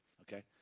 okay